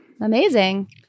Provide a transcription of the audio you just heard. amazing